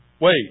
Wait